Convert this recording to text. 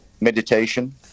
meditation